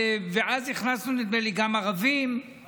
ונדמה לי שאז הכנסנו גם ערבים.